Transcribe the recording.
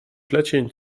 plecień